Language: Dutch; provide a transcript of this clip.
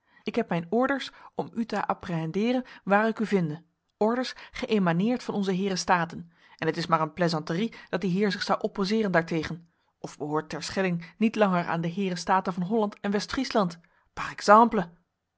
ik heb mijn orders om u te apprehendeeren waar ik u vinde orders geëmaneerd van onze heeren staten en het is maar een plaisanterie dat die heer zich zou opposeeren daartegen of behoort terschelling niet langer aan de heeren staten van holland en west friesland par